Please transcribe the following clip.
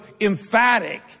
emphatic